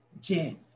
Jen